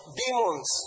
demons